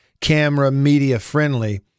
camera-media-friendly